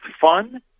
fun